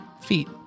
feet